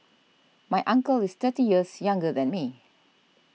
my uncle is thirty years younger than me